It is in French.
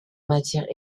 matière